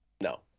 No